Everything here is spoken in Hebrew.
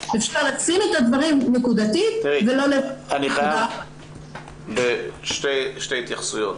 אפשר לשים את הדברים נקודתית --- אני חייב שתי התייחסויות.